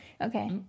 Okay